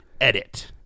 Edit